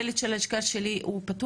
הדלת של הלשכה שלי פתוחה,